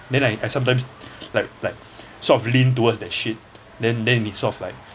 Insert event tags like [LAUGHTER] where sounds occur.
then I I sometimes [BREATH] like like [BREATH] sort of lean towards that shit then then it's sort of like